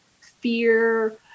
fear